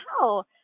wow